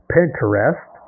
Pinterest